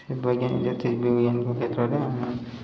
ବୈଜ୍ଞାନିକ ଜୋତିର୍ବିବିଜ୍ଞାନ କ୍ଷେତ୍ରରେ ଆମେ